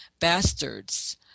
bastards